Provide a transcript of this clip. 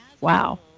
Wow